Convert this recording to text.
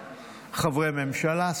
חברי ממשלה,